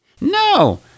No